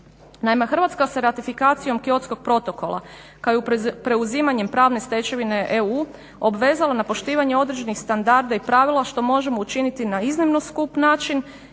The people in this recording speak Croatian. Hrvatska se ratifikacijom Kyotskog protokola kao i preuzimanjem pravne stečevine EU obvezala na poštivanje određenih standarda i pravila što možemo učiniti na iznimno skup način